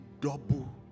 double